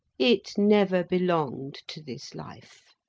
it never belonged to this life.